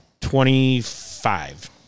Twenty-five